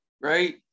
right